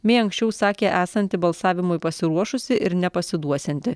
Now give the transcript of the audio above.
mei anksčiau sakė esanti balsavimui pasiruošusi ir nepasiduosianti